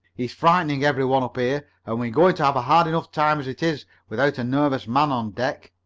he's frightening every one up here, and we're going to have a hard enough time as it is without a nervous man on deck.